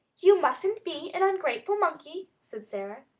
you mustn't be an ungrateful monkey, said sara.